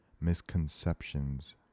misconceptions